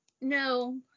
No